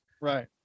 Right